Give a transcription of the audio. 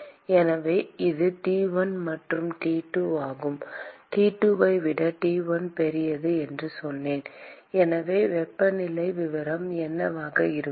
எனவே இது T1 மற்றும் T2 ஆகும் T2 ஐ விட T1 பெரியது என்று சொன்னேன் எனவே வெப்பநிலை விவரம் என்னவாக இருக்கும்